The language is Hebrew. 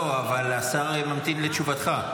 לא, אבל השר ממתין לתשובתך.